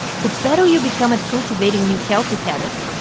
the better you become at cultivating new healthy habits,